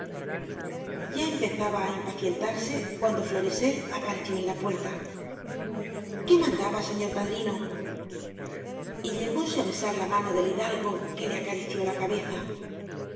ya empezaba á impacientarse cuando florisel apareció en la puerta qué mandaba señor padrino y llegóse á besar la mano del hidalgo que le acarició la cabeza